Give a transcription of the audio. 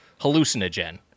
hallucinogen